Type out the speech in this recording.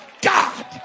God